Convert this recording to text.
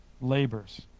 labors